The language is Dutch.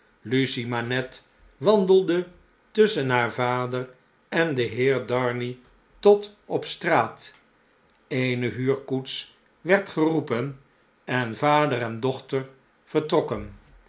lucie manette wandelde tusschen haar vader en de heer darnay tot op straat eene huurkoets werd geroepen en vader en dochter vertrokken